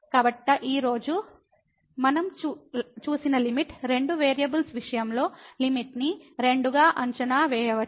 కాబట్టి ఈ రోజు మనం చూసిన లిమిట్ రెండు వేరియబుల్స్ విషయంలో లిమిట్ ని రెండుగా అంచనా వేయవచ్చు